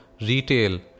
retail